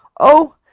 oh,